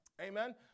Amen